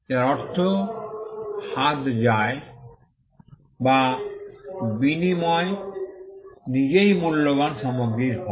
যার অর্থ অর্থ হাত যায় বা বিনিময় নিজেই মূল্যবান সামগ্রীর হয়